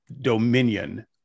dominion